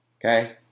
Okay